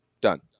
Done